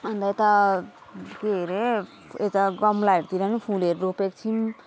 अन्त यता के अरे यता गमलाहरूतिर पनि फुलहरू रोपेको छौँ